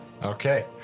Okay